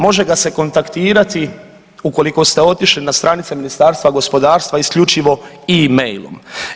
Može ga se kontaktirati ukoliko ste otišli na stranice Ministarstva gospodarstva isključivo e-mailom.